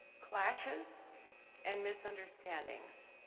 clashes and misunderstandings.